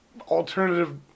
alternative